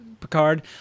Picard